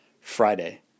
Friday